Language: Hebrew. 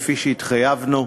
כפי שהתחייבנו,